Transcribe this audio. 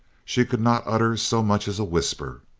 she could not utter so much as a whisper.